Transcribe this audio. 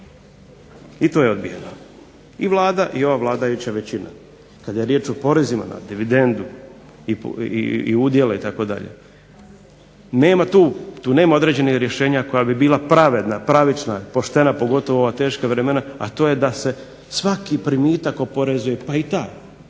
I to je odbijeno. I Vlada, i ova vladajuća većina kad je riječ o porezima na dividendu i udjele itd. nema tu, tu nema određenih rješenja koja bi bila pravedna, pravična, poštena, pogotovo u ova teška vremena, a to je da se svaki primitak oporezuje pa i ta,